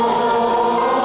or